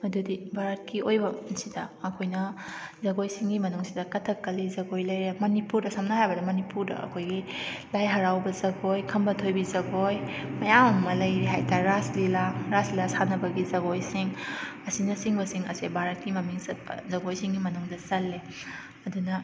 ꯃꯗꯨꯗꯤ ꯚꯥꯔꯠꯀꯤ ꯑꯣꯏꯕꯁꯤꯗ ꯑꯩꯈꯣꯏꯅ ꯖꯒꯣꯏꯁꯤꯡꯒꯤ ꯃꯅꯨꯡꯁꯤꯗ ꯀꯊꯛ ꯀꯂꯤ ꯖꯒꯣꯏ ꯂꯩꯔꯦ ꯃꯅꯤꯄꯨꯔꯗ ꯁꯝꯅ ꯍꯥꯏꯔꯕꯗ ꯃꯅꯤꯄꯨꯔꯗ ꯑꯩꯈꯣꯏꯒꯤ ꯂꯥꯏ ꯍꯔꯥꯎꯕ ꯖꯒꯣꯏ ꯈꯝꯕ ꯊꯣꯏꯕꯤ ꯖꯒꯣꯏ ꯃꯌꯥꯝ ꯑꯃ ꯂꯩꯔꯤ ꯍꯥꯏꯇꯥꯔꯦ ꯔꯥꯁ ꯂꯤꯂꯥ ꯔꯥꯁ ꯂꯤꯂꯥ ꯁꯥꯟꯅꯕꯒꯤ ꯖꯒꯣꯏꯁꯤꯡ ꯑꯁꯤꯅ ꯆꯤꯡꯕꯁꯤꯡ ꯑꯁꯦ ꯚꯥꯔꯠꯀꯤ ꯃꯃꯤꯡ ꯆꯠꯄ ꯖꯒꯣꯏꯁꯤꯡꯒꯤ ꯃꯅꯨꯡꯗ ꯆꯜꯂꯦ ꯑꯗꯨꯅ